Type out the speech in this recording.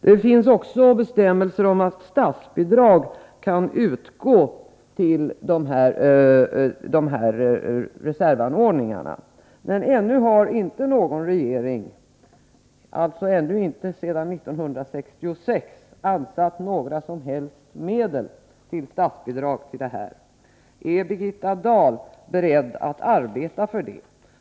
Det finns också bestämmelser om att statsbidrag kan utgå till de här reservanordningarna, men ännu har inte någon regering — alltså inte sedan 1966 — avsatt några som helst medel till statsbidrag för detta ändamål. Är Birgitta Dahl beredd att arbeta för det?